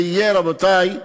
זה יהיה, רבותי,